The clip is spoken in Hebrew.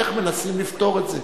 איך מנסים לפתור את זה.